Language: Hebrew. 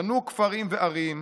בנו כפרים וערים,